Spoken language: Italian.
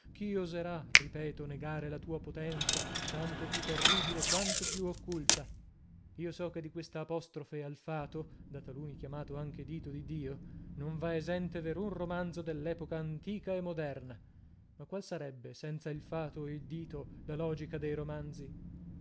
chi oserà ripeto negare la tua potenza tanto più terribile quanto più occulta io so che di questa apostrofe al fato da taluni chiamato anche dito di dio non va esente verun romanzo dell'epoca antica e moderna ma qual sarebbe senza il fato o il dito la logica dei romanzi